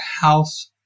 house